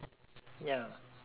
ya